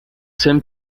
same